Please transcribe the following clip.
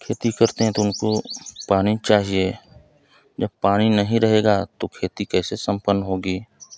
खेती करते हैं तो उनको पानी चाहिए जब पानी नहीं रहेगा तो खेती कैसे सम्पन्न होगी